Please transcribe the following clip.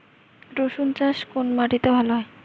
রুসুন চাষ কোন মাটিতে ভালো হয়?